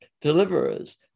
deliverers